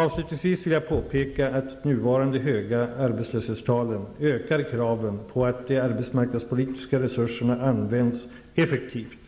Avslutningsvis vill jag påpeka att de nuvarande höga arbetslöshetstalen ökar kraven på att de arbetsmarknadspolitiska resurserna används effektivt.